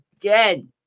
again